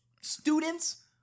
students